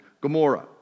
Gomorrah